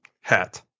hat